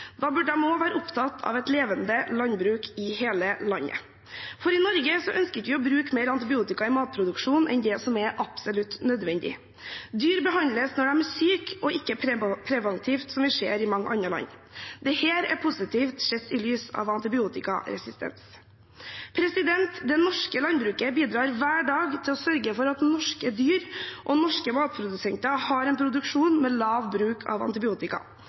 være opptatt av et levende landbruk i hele landet. I Norge ønsker vi ikke å bruke mer antibiotika i matproduksjonen enn det som er absolutt nødvendig. Dyr behandles når de er syke, og ikke preventivt, som vi ser i mange andre land. Dette er positivt, sett i lys av antibiotikaresistens. Det norske landbruket bidrar hver dag til å sørge for at norske dyr og norske matprodusenter har en produksjon med lav bruk av antibiotika.